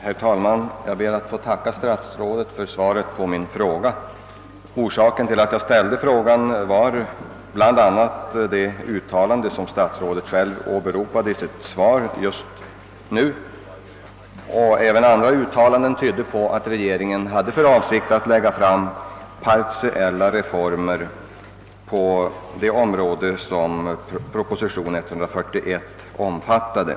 Herr talman! Jag ber att få tacka statsrådet för svaret på min fråga. Orsaken till att jag framställde fråsan var bl.a. det uttalande som statsrådet själv åberopade i sitt svar just nu. Även andra uttalanden har tytt på att regeringen haft för avsikt att framlägga förslag till partiella reformer på det område som proposition nr 141 omfattade.